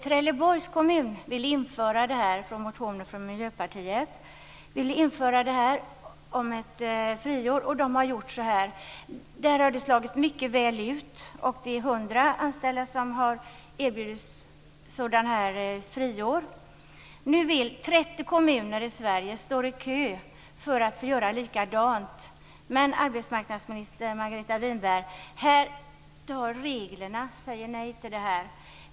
Trelleborgs kommun har efter motioner från Miljöpartiet infört friår, och det har där slagit mycket väl ut. 100 anställda har erbjudits friår. Nu står 30 kommuner i Sverige i kö för att få göra likadant, men enligt arbetsmarknadsminister Margareta Winberg säger reglerna nej till det här.